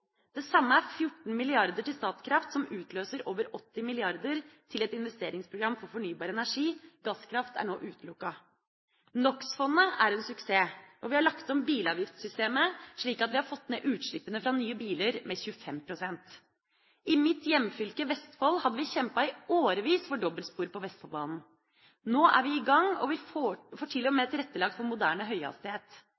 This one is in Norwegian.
Det samme er 14 mrd. kr til Statkraft, som utløser over 80 mrd. kr til et investeringsprogram for fornybar energi. Gasskraft er nå utelukket. NOx-fondet er en suksess, og vi har lagt om bilavgiftssystemet slik at vi har fått ned utslippene fra nye biler med 25 pst. I mitt hjemfylke, Vestfold, hadde vi kjempet i årevis for dobbeltspor på Vestfoldbanen. Nå er vi i gang, og vi får